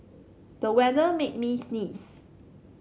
the weather made me sneeze